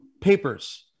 papers